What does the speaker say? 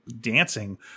dancing